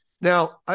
Now